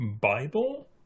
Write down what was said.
Bible